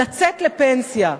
לצאת לפנסיה,